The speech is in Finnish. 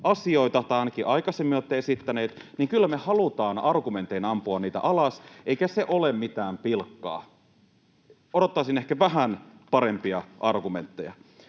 tai ainakin aikaisemmin olette esittänyt — niin kyllä me halutaan argumentein ampua niitä alas, eikä se ole mitään pilkkaa. Odottaisin ehkä vähän parempia argumentteja.